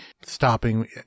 stopping